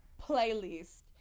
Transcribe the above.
playlist